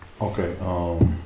Okay